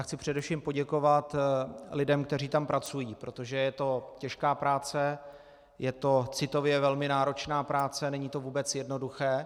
Chci především poděkovat lidem, kteří tam pracují, protože je to těžká práce, je to citově velmi náročná práce, není to vůbec jednoduché.